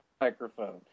microphone